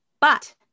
but-